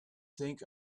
think